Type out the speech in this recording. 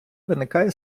виникає